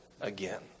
again